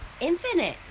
Infinite